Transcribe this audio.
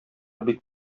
бик